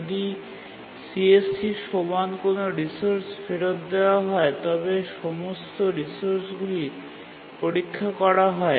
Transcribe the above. যদি CSC সমান কোনও রিসোর্স ফেরত দেওয়া হয় তবে সমস্ত রিসোর্সগুলি পরীক্ষা করা হয়